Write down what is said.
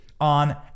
on